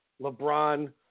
lebron